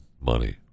money